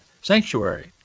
sanctuary